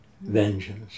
vengeance